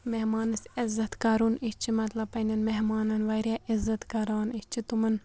مہمانَس عزت کَرُن أسۍ چھِ مطلب پنٛنٮ۪ن مہمانَن واریاہ عزت کَران أسۍ چھِ تمَن